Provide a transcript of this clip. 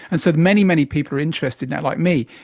and so many, many people are interested now, like me,